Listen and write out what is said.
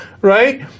right